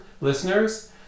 listeners